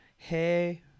Hey